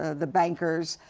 ah the bankers.